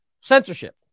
censorship